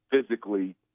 physically